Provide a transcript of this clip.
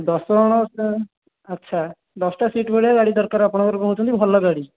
ଦଶ ଜଣ ସେ ଆଚ୍ଛା ଦଶଟା ସିଟ୍ ଭଳିଆ ଗାଡ଼ି ଦରକାର ଆପଣଙ୍କର କହୁଛନ୍ତି ଭଲ ଗାଡ଼ି